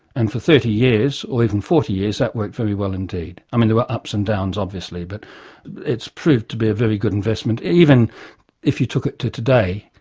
and for thirty years, or even forty years, that worked very well indeed. i mean there were ups and downs obviously, but it's proved to be a very good investment. even if you took it to today,